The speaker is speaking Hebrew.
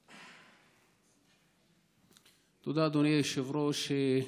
תודה, אדוני היושב-ראש.